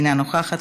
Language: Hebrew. אינה נוכחת,